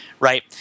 Right